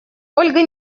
ольга